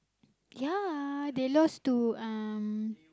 ya they lost to um